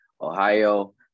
Ohio